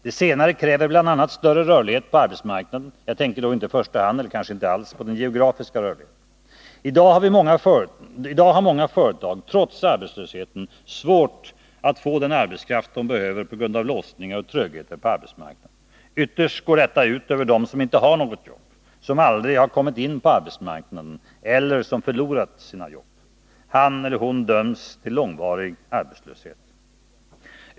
Det senare kräver bl.a. större rörlighet på arbetsmarknaden. Jag tänker då inte i första hand, kanske inte alls, på den geografiska rörligheten. I dag har många företag, trots arbetslösheten, svårt att få den arbetskraft de behöver på grund av låsningar och trögheter på arbetsmarknaden. Ytterst går detta ut över dem som inte har något jobb, som aldrig har kommit in på arbetsmarknaden eller som förlorat sina jobb. Han eller hon döms till långvarig arbetslöshet.